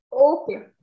Okay